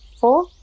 four